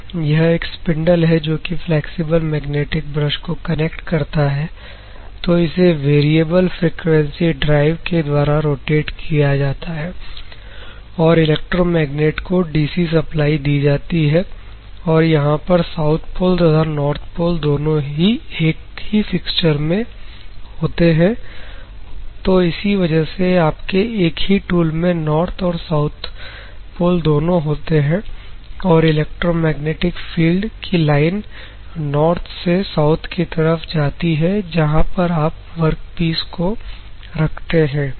यह एक स्पिंडल है जो कि फ्लैक्सिबल मैग्नेटिक ब्रश को कनेक्ट करता है तो इसे वेरिएबल फ्रिकवेंसी ड्राइव के द्वारा रोटेट किया जाता है और इलेक्ट्रोमैग्नेट को DC सप्लाई दी जाती है और यहां पर साउथ पोल तथा नॉर्थ पोल दोनों ही एक ही फिक्सचर में होते हैं तो इसी वजह से आपके एक ही टूल में नॉर्थ और साउथ पोल दोनों होते हैं और इलेक्ट्रोमैग्नेटिक फील्ड की लाइन नॉर्थ से साउथ की तरफ जाती है जहां पर आप वर्कपीस को रखते हैं